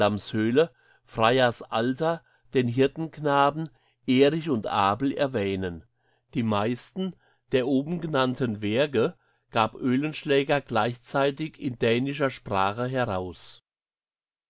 freya's alter den hirtenknaben erich und abel erwähnen die meisten der oben genannten werke gab oehlenschläger gleichzeitig in dänischer sprache heraus